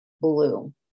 Blue